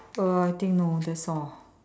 uh I think no that's all